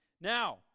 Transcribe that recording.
Now